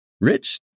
Rich